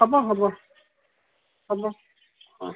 হ'ব হ'ব হ'ব হয়